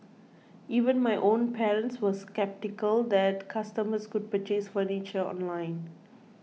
even my own parents were sceptical that customers could purchase furniture online